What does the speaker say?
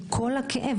עם כל הכאב,